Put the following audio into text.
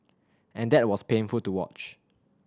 and that was painful to watch